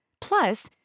Plus